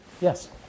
Yes